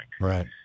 right